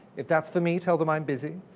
if that's for me, tell them i'm busy.